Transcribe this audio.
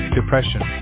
depression